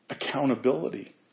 accountability